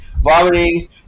vomiting